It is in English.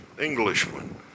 Englishman